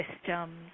systems